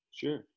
sure